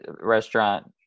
restaurant